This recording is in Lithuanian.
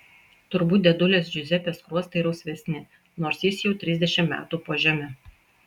turbūt dėdulės džiuzepės skruostai rausvesni nors jis jau trisdešimt metų po žeme